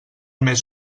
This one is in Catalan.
més